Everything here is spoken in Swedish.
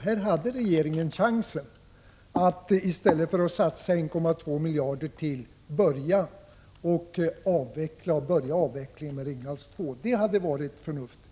Här hade regeringen chansen att i stället för att satsa ytterligare 1,2 miljarder kronor börja avvecklingen med Ringhals 2. Det hade varit förnuftigt.